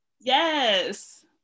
yes